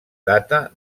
data